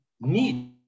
need